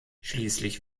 schließlich